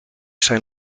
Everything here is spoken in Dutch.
zijn